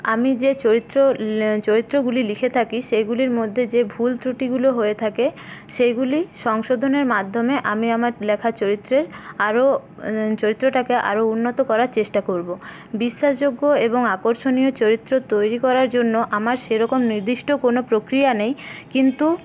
আমি যে চরিত্র চরিত্রগুলি লিখে থাকি সেইগুলির মধ্যে যে ভুল ত্রুটি গুলো হয়ে থাকে সেইগুলি সংশোধনের মাধ্যমে আমি আমার লেখা চরিত্রের আরও চরিত্রটাকে আরও উন্নত করার চেষ্টা করবো বিশ্বাসযোগ্য এবং আকর্ষণীয় চরিত্র তৈরি করার জন্য আমার সেরকম নির্দিষ্ট কোনো প্রক্রিয়া নেই কিন্তু